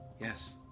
Yes